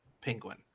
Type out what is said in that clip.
Penguin